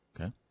Okay